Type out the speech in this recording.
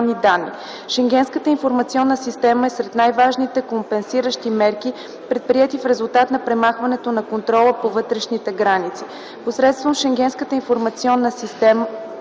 Шенгенската информационна система е сред най-важните компенсиращи мерки, предприети в резултат на премахването на контрола по вътрешните граници.